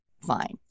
fine